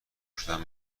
شدم